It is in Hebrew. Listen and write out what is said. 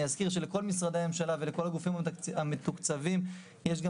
אני אזכיר שלכל משרדי הממשלה ולכל הגופים המתוקצבים יש גם